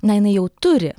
na jinai jau turi